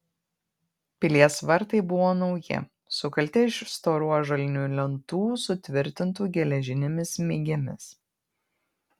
pilies vartai buvo nauji sukalti iš storų ąžuolinių lentų sutvirtintų geležinėmis smeigėmis